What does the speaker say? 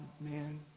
man